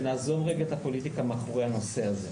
ונעזוב רגע את הפוליטיקה מאחורי הנושא הזה,